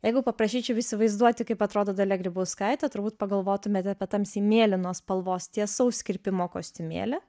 jeigu paprašyčiau įsivaizduoti kaip atrodo dalia grybauskaitė turbūt pagalvotumėte apie tamsiai mėlynos spalvos tiesaus kirpimo kostiumėlį